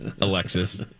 Alexis